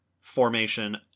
formation